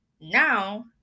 now